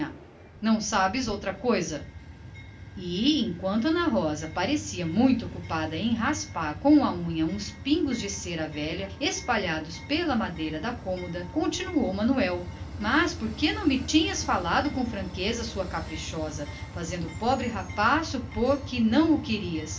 não sabes outra coisa e enquanto ana rosa parecia muito ocupada em raspar com a unha uns pingos de cera velha espalhados pela madeira da cômoda continuou o negociante mas por que não me falaste com franqueza há mais tempo sua caprichosa fazendo o pobre rapaz supor que o não querias